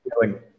feeling